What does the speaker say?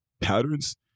patterns